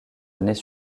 années